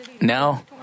now